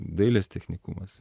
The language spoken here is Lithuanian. dailės technikumas